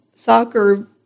Soccer